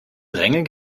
drängeln